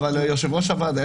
אבל יושב-ראש הוועדה,